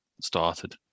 started